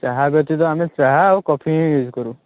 ଚାହା ବ୍ୟତୀତ ଆମେ ଚାହା ଆଉ କଫି ହିଁ ୟୁଜ୍ କରୁ